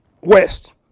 west